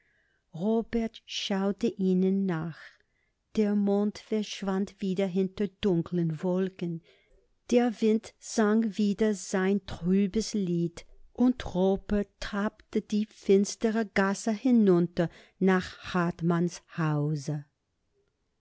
robert schaute ihnen nach der mond verschwand wieder hinter dunklen wolken der wind sang wieder sein trübes lied und robert tappte die finstre gasse hinunter nach hartmanns hause